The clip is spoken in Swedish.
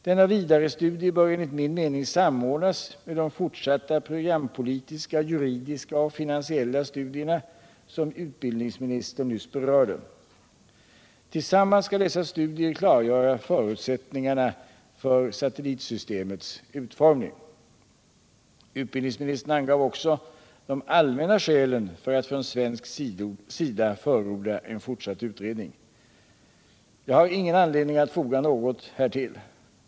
Denna vidarestudie bör enligt min mening samordnas med de fortsatta programpolitiska, juridiska och finansiella studierna som utbildningsministern nyss berörde och som tillsammans skall klargöra förutsättningarna för satellitsystemets utformning. Utbildningsministern angav också de allmänna skälen för att från svensk sida förorda en fortsatt utredning. Jag har ingen anledning att foga något härtill.